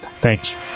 Thanks